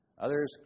Others